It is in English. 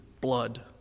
blood